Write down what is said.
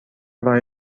راه